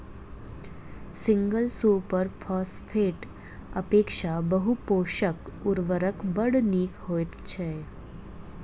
single super फौसफेटक अपेक्षा बहु पोषक उर्वरक बड़ नीक होइत छै